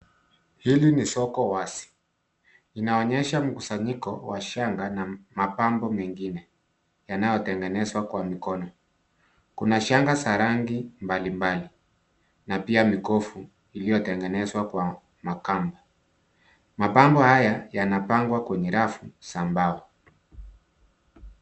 Hili ni soko wazi. Inaonyesha mkusanyiko wa shanga na mapambo mengine, yanayotengenezwa kwa mikono. Kuna shanga za rangi mbali mbali na pia mikufu iliyotengenezwa kwa makamba. Mapambo haya yanapangwa kwenye rafu za mbao.